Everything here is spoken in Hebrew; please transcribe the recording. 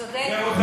צודק.